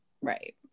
right